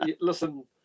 listen